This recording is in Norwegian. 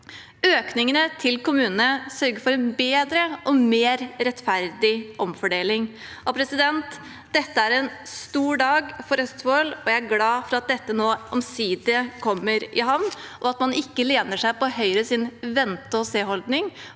Økningen til kommunene sørger for bedre og mer rettferdig omfordeling. Dette er en stor dag for Østfold. Jeg er glad for at dette nå omsider kommer i havn, og at man ikke med Høy res vente-og-se-holdning